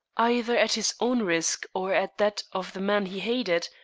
either at his own risk or at that of the man he hated,